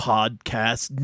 Podcast